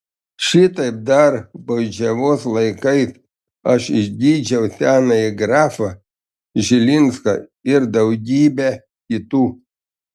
šitaip dar baudžiavos laikais aš išgydžiau senąjį grafą žilinską ir daugybę kitų